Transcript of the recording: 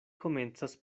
komencas